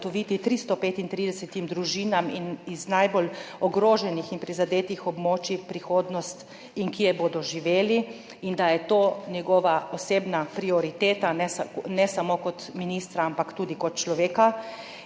335 družinam z najbolj ogroženih in prizadetih območij prihodnost in kje bodo živeli, da je to njegova osebna prioriteta, ne samo kot ministra, ampak tudi kot človeka,